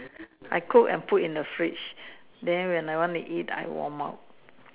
I cook I put in the fridge then when I want to eat I warm up